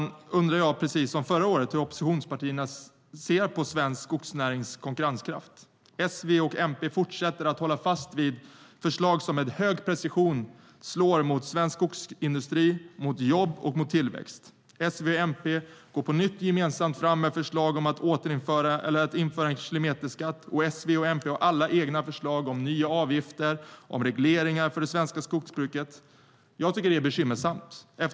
Jag undrar precis som förra året hur oppositionspartierna ser på svensk skogsnärings konkurrenskraft. S, V och MP fortsätter att hålla fast vid förslag som med hög precision slår mot svensk skogsindustri, mot jobb och mot tillväxt. S, V och MP går på nytt gemensamt fram med ett förslag om att införa en kilometerskatt, och S, V och MP har alla egna förslag om nya avgifter och regleringar för det svenska skogsbruket. Jag tycker att det är bekymmersamt.